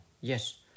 yes